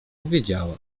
powiedziała